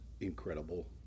incredible